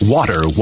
Water